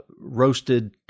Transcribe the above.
Roasted